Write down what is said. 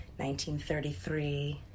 1933